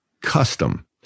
custom